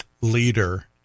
leader